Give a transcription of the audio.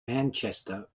manchester